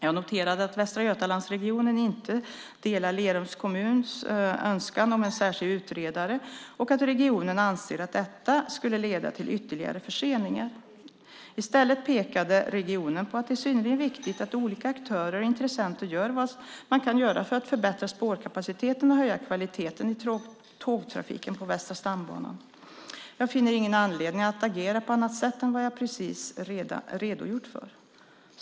Jag noterade att Västra Götalandsregionen inte delar Lerums kommuns önskan om en särskild utredare och att regionen anser att detta skulle leda till ytterligare förseningar. I stället pekade regionen på att det är synnerligen viktigt att olika aktörer och intressenter gör vad man kan för att förbättra spårkapaciteten och höja kvaliteten i tågtrafiken på Västra stambanan. Jag finner ingen anledning att agera på annat sätt än vad jag precis redogjort för.